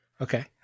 Okay